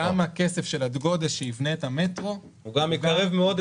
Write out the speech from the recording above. הכסף של הגודש שיבנה את המטרו -- הוא גם יקרב מאוד את הפריפריה למרכז.